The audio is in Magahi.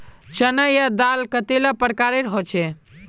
चना या दाल कतेला प्रकारेर होचे?